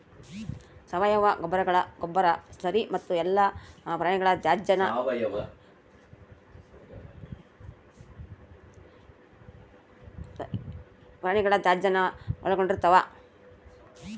ಸಾವಯವ ಗೊಬ್ಬರಗಳು ಗೊಬ್ಬರ ಸ್ಲರಿ ಮತ್ತು ಎಲ್ಲಾ ಪ್ರಾಣಿಗಳ ತ್ಯಾಜ್ಯಾನ ಒಳಗೊಂಡಿರ್ತವ